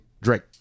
Drake